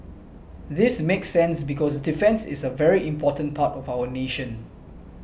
this makes sense because defence is a very important part of our nation